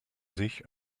sich